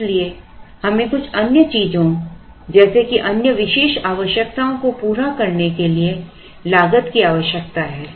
इसलिए हमें कुछ अन्य चीजों जैसे कि अन्य विशेष आवश्यकताओं को पूरा करने के लिए लागत की आवश्यकता है